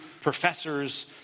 professors